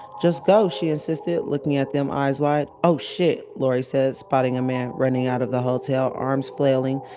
just go, she insisted, looking at them eyes wide oh shit. lori says, spotting a man, running out of the hotel, arms flailing,